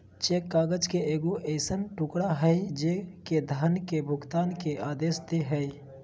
cheque काग़ज़ के एगो ऐसन टुकड़ा हइ जे धन के भुगतान के आदेश दे हइ